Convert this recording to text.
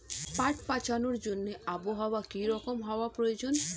পাট পচানোর জন্য আবহাওয়া কী রকম হওয়ার প্রয়োজন?